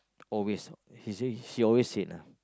always he say she always said lah